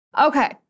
Okay